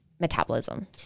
metabolism